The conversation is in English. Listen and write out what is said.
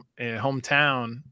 hometown